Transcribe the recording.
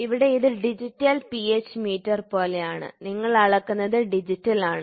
ഇവിടെ ഇത് digital pH meter പോലെയാണ് നിങ്ങൾ അളക്കുന്നത് ഡിജിറ്റൽ ആണ്